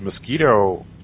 mosquito